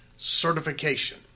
Certification